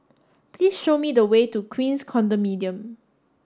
please show me the way to Queens Condominium